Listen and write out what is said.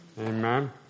Amen